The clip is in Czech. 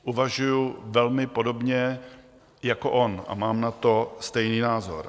Uvažuji velmi podobně jako on a mám na to stejný názor.